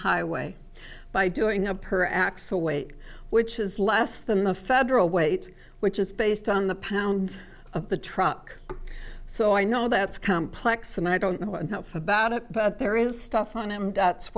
highway by doing the per axle weight which is less than the federal weight which is based on the pound of the truck so i know that's complex and i don't know enough about it but there is stuff on him web